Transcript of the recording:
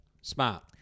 Smart